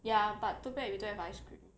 ya but too bad we don't have ice cream